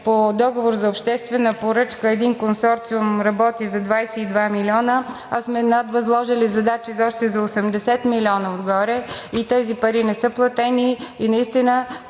По договор за обществена поръчка един консорциум работи за 22 милиона, а сме надвъзложили задачи за още 80 милиона отгоре и тези пари не са платени. Наистина